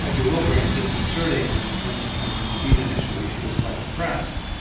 um bewildering and disconcerting, and and and and indeed initially she was quite depressed.